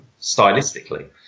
stylistically